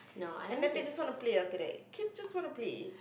and then they just want to play after that kids just want to play